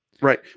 Right